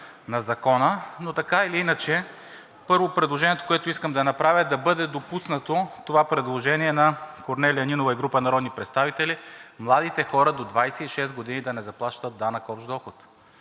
на Закона, но така или иначе първото предложение, което искам да направя, е да бъде допуснато това предложение на Корнелия Нинова и група народни представители, младите хора до 26 години да не заплащат данък общ доход.